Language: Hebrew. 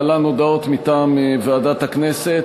להלן הודעות מטעם ועדת הכנסת.